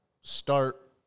start